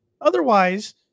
otherwise